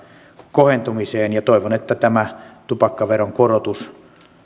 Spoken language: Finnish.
kohentumiseen toivon että tämä tupakkaveron korotus myös